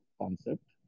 concept